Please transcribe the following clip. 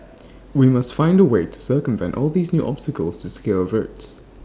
we must find A way to circumvent all these new obstacles and secure votes